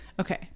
Okay